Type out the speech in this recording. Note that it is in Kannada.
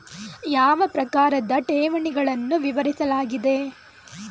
ಯಾವ ಪ್ರಕಾರದ ಠೇವಣಿಗಳನ್ನು ವಿವರಿಸಲಾಗಿದೆ?